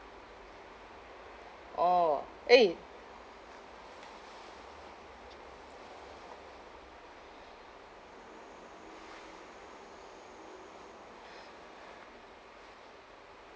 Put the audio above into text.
orh eh